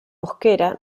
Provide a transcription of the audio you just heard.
mosquera